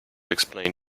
explain